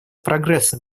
прогресса